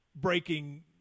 breaking